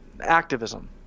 activism